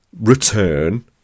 return